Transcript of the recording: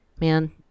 man